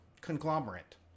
conglomerate